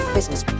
Business